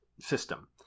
system